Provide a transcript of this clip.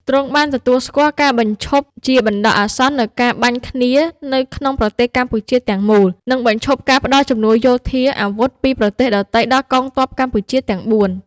ទ្រង់បានទទួលស្គាល់ការបញ្ឈប់ជាបណ្តោះអាសន្ននូវការបាញ់គ្នា នៅក្នុងប្រទេសកម្ពុជាទំាំងមូល និងបញ្ឈប់ការផ្តល់ជំនួយយោធា អាវុធ ពីប្រទេសដទៃដល់កងទ័ពកម្ពុជាទំាងបួន។